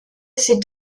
sind